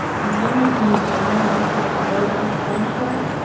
containment means allowing isis to hold on to sanctuary.